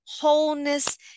wholeness